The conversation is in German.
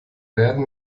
werden